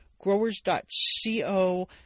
Growers.co